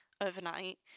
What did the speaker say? overnight